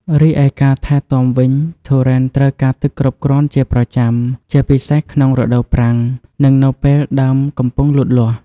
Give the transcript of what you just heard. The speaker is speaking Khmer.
រីឯការថែទាំវិញ ទុរេនត្រូវការទឹកគ្រប់គ្រាន់ជាប្រចាំ ជាពិសេសក្នុងរដូវប្រាំង និងនៅពេលដើមកំពុងលូតលាស់។